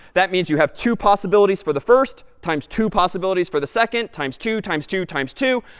that means you have two possibilities for the first, times two possibilities for the second, times two times two times two.